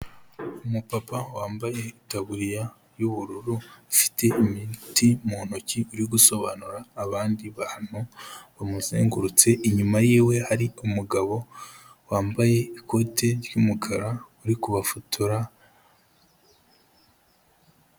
Umupapa wambaye itaburiya y'ubururu afite imiti mu ntoki uri gusobanura abandi bantu bamuzengurutse, inyuma yiwe hari umugabo wambaye ikote r'yumukara uri kubafotora.